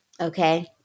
Okay